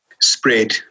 spread